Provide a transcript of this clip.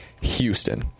Houston